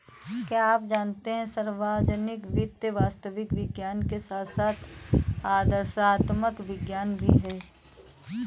क्या आप जानते है सार्वजनिक वित्त वास्तविक विज्ञान के साथ साथ आदर्शात्मक विज्ञान भी है?